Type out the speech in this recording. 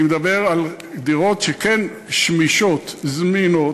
אני מדבר על דירות שכן שמישות, זמינות,